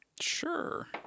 Sure